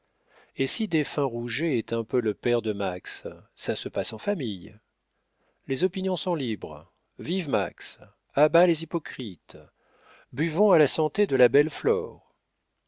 et si défunt rouget est un peu le père de max ça se passe en famille les opinions sont libres vive max a bas les hypocrites buvons à la santé de la belle